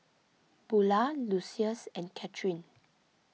Bula Lucious and Kathyrn